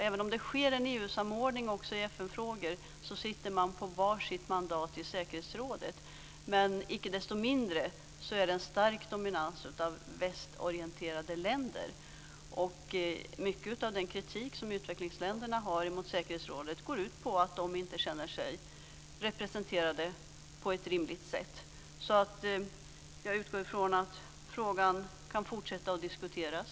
Även om det sker en EU-samordning också i FN-frågor sitter man på var sitt mandat i säkerhetsrådet. Icke desto mindre är det en stark dominans av västorienterade länder. Mycket av den kritik som utvecklingsländerna har mot säkerhetsrådet går ut på att de inte känner sig rimligt representerade. Jag utgår från att frågan kan fortsätta att diskuteras.